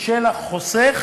של החוסך